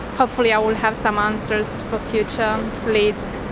hopefully i'll have some answers for future leads.